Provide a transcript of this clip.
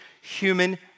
human